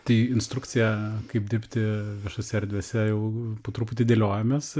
tai instrukcija kaip dirbti viešose erdvėse jau po truputį dėliojamės